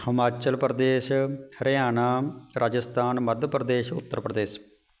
Himachal Pradesh Haryana Rajasthan Madhya Pradesh Uttar Pradesh